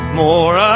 more